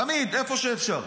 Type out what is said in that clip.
תמיד, איפה שאפשר,